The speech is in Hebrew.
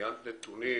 ציינת נתונים